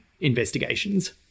investigations